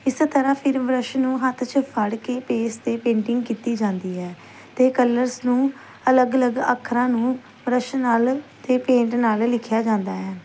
ਇਸ ਤਰ੍ਹਾਂ ਫਿਰ ਬ੍ਰਸ਼ ਨੂੰ ਹੱਥ 'ਚ ਫੜ ਕੇ ਪੇਜ 'ਤੇ ਪੇਂਟਿੰਗ ਕੀਤੀ ਜਾਂਦੀ ਹੈ ਅਤੇ ਕਲਰਸ ਨੂੰ ਅਲੱਗ ਅਲੱਗ ਅੱਖਰਾਂ ਨੂੰ ਬ੍ਰਸ਼ ਨਾਲ ਅਤੇ ਪੇਂਟ ਨਾਲ ਲਿਖਿਆ ਜਾਂਦਾ ਹੈ